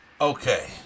Okay